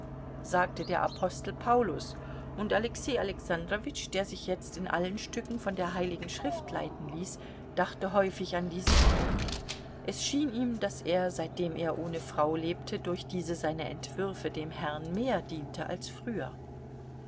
sagte der apostel paulus und alexei alexandrowitsch der sich jetzt in allen stücken von der heiligen schrift leiten ließ dachte häufig an diesen spruch es schien ihm daß er seitdem er ohne frau lebte durch diese seine entwürfe dem herrn mehr diente als früher